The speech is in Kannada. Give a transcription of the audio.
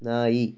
ನಾಯಿ